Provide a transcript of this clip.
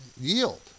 yield